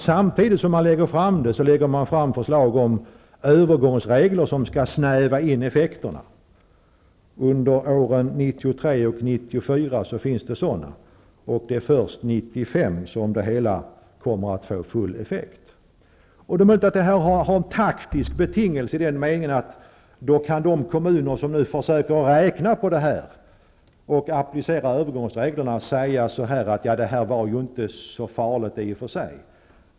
Samtidigt som de lägger fram sitt förslag, lägger de fram förslag om övergångsregler som skall snäva in effekterna under 1993 och 1994. Det är först 1995 som det hela kommer att få full effekt. Det är möjligt att detta har en taktisk betingelse i den meningen att de kommuner som nu försöker räkna på detta och applicera övergångsreglerna kan säga att detta inte var så farligt i och för sig.